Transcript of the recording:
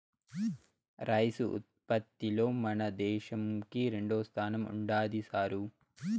rice ఉత్పత్తిలో మన దేశంకి రెండోస్థానం ఉండాది సారూ